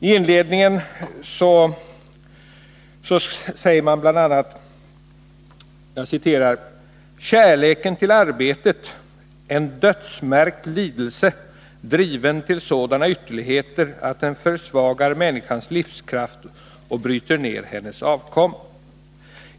I inledningen sägs bl.a.: ”Kärleken till arbetet, en dödsmärkt lidelse driven till sådana ytterligheter att den försvagar människans livskraft och bryter ned hennes avkomma.